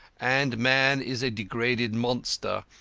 and man is a degraded monster,